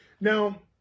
Now